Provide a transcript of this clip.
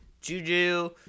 Juju